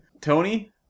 Tony